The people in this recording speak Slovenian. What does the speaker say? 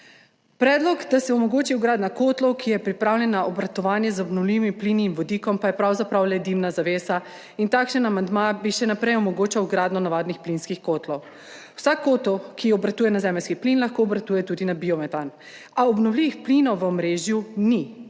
Predlog, da se omogoči vgradnja kotlov, ki je pripravljen na obratovanje z obnovljivimi plini in vodikom, pa je pravzaprav le dimna zavesa. Takšen amandma bi še naprej omogočal vgradnjo navadnih plinskih kotlov. Vsak kotel, ki obratuje na zemeljski plin, lahko obratuje tudi na biometan, a obnovljivih plinov v omrežju ni